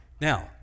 now